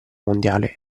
mondiale